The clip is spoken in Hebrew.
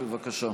בבקשה.